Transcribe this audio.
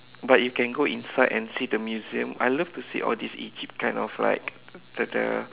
but you can go inside and see the museum I love to see all this Egypt kind of like the the